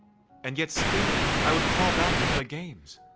and yet still, i would crawl back to play games.